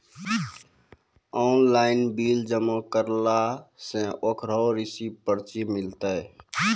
Online bill जमा करला से ओकरौ रिसीव पर्ची मिलतै?